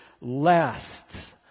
lasts